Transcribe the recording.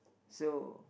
so